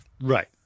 Right